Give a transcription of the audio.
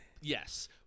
Yes